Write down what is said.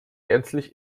gänzlich